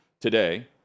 today